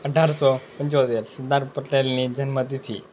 અઢારસો પંચોતેર સરદાર પટેલની જન્મતિથિ